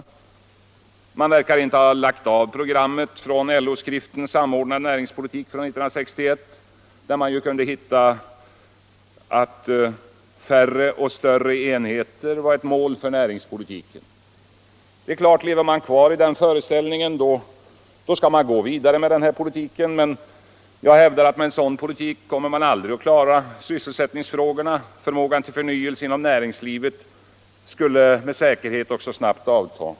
Regeringen verkar inte ha lagt av programmet från LO skriften Samordnad näringspolitik av år 1961, där vi kunde hitta uppgifter om att färre och större enheter var ett mål för näringspolitiken. Det är klart att om man lever kvar i den föreställningen, då skall man gå vidare med den här politiken. Men jag hävdar att med en sådan politik kommer man aldrig att klara sysselsättningsfrågorna. Förmågan till förnyelse inom näringslivet skulle med säkerhet också snabbt avta.